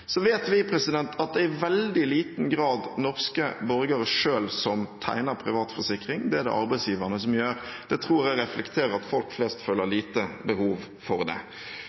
Så vet vi at det er i veldig liten grad norske borgere selv som tegner privat forsikring, det er det arbeidsgiverne som gjør. Det tror jeg reflekterer at folk flest føler lite behov for det.